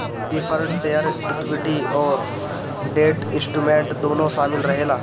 preferred share equity अउरी debt instrument दूनो शामिल रहेला